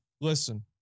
listen